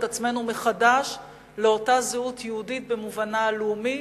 עצמנו מחדש לאותה זהות יהודית במובנה הלאומי,